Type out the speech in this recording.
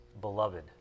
Beloved